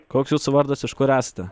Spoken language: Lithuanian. koks jūsų vardas iš kur esate